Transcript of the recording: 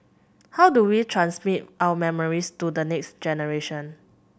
how do we transmit our memories to the next generation